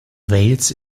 wales